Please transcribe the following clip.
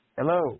Hello